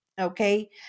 Okay